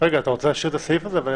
אתה רוצה לאשר את הסעיף הזה?